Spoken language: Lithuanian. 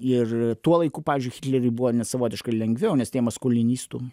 ir tuo laiku pavyzdžiui hitleriui buv net savotiškai lengviau nes tie maskulinistų